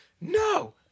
no